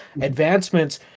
advancements